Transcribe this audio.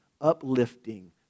uplifting